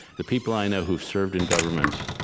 the people i know who have served in government,